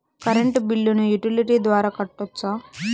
Current బిల్లును utility ద్వారా కట్టొచ్చా?